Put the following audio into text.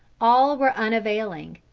all were unavailing.